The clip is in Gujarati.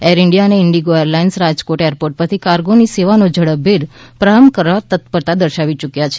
એર ઇન્ડિયા અને ઇન્ડિગો એરલાઇન્સ રાજકોટ એરપોર્ટ પરથી કાર્ગો સેવાનો ઝડપભેર પ્રારંભ કરવા તત્પરતા દર્શાવી ચૂક્યા છે